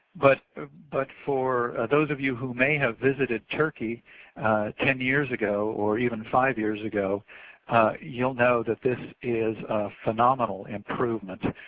but ah but for those of you who may have visited turkey ten years ago or even five years ago youill know that this is a phenomenal improvement.